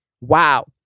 Wow